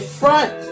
front